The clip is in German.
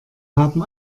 haben